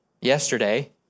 yesterday